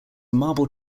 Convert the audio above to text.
marble